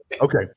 Okay